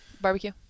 Barbecue